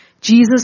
Jesus